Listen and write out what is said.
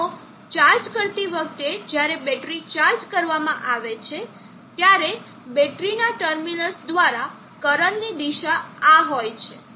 તો ચાર્જ કરતી વખતે જ્યારે બેટરી ચાર્જ કરવામાં આવે છે ત્યારે બેટરીના ટર્મિનલ્સ દ્વારા કરંટની દિશા આ હોય છે